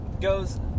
goes